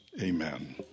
Amen